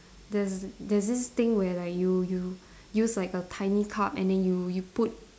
there's there's thing where like you you use like a tiny cup and then you you put